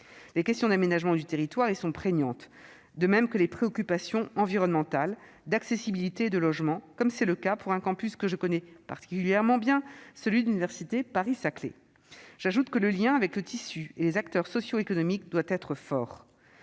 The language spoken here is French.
Les questions d'aménagement du territoire y sont prégnantes, de même que les préoccupations environnementales, d'accessibilité et de logement, comme c'est le cas pour un campus que je connais particulièrement bien, celui de l'université Paris-Saclay. J'ajoute que le lien avec le tissu et les acteurs socio-économiques doit être fort.